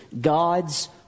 God's